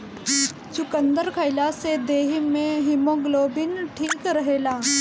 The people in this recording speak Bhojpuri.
चुकंदर खइला से देहि में हिमोग्लोबिन ठीक रहेला